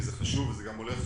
כי זה חשוב וזה גם הולך